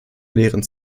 lehren